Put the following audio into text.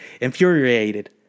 infuriated